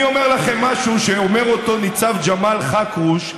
אני אומר לכם משהו שאומר אותו ניצב ג'מאל חכרוש.